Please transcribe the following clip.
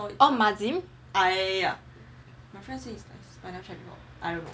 oh Mazim